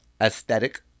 aesthetic